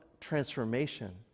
transformation